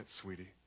sweetie